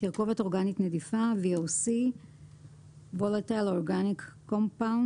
"תרכובת אורגנית נדיפה" (VOC-Volatile Organic Compound)